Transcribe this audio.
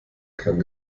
kann